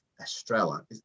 Estrella